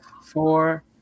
four